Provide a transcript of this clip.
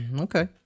okay